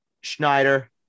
Schneider